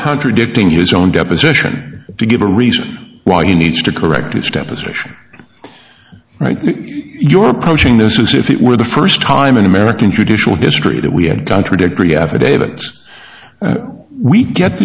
contradicting his own deposition to give a reason why he needs to correct his deposition right you're approaching this is if it were the first time in american judicial history that we had contradictory affidavits we get